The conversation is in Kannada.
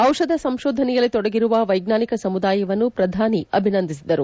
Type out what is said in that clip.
ಔಷಧ ಸಂಶೋಧನೆಯಲ್ಲಿ ತೊಡಗಿರುವ ವೈಜ್ಞಾನಿಕ ಸಮುದಾಯವನ್ನು ಪ್ರಧಾನಿ ಅಭಿನಂದಿಸಿದರು